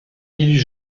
ils